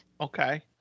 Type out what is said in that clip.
Okay